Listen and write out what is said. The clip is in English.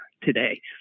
today